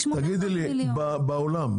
בעולם.